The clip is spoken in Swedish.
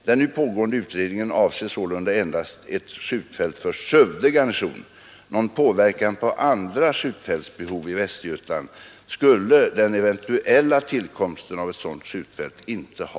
Den nu pågående utredningen avser sålunda endast ett skjutfält för Skövde garnison. Någon påverkan på andra skjutfältsbehov i Västergötland skulle den eventuella tillkomsten av ett sådant skjutfält inte ha.